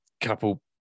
couple